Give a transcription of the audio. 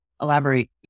elaborate